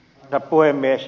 herra puhemies